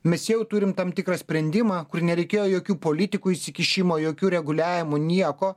mes jau turim tam tikrą sprendimą kur nereikėjo jokių politikų įsikišimo jokių reguliavimų nieko